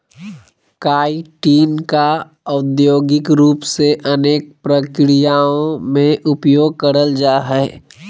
chitin का औद्योगिक रूप से अनेक प्रक्रियाओं में उपयोग करल जा हइ